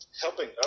Helping